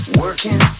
working